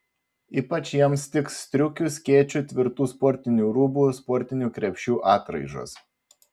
ypač jiems tiks striukių skėčių tvirtų sportinių rūbų sportinių krepšių atraižos